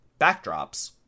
backdrops